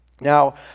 Now